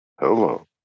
Hello